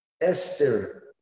Esther